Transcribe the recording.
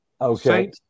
okay